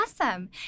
awesome